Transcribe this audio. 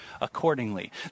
accordingly